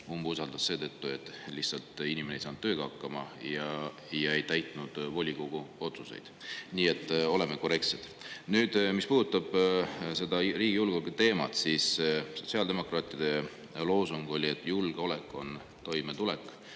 umbusaldas ikkagi seetõttu, et lihtsalt inimene ei saanud tööga hakkama ja ei täitnud volikogu otsuseid. Nii et oleme korrektsed. Nüüd, mis puudutab riigi julgeoleku teemat, siis sotsiaaldemokraatide loosung oli, et julgeolek on toimetulek.